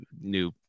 new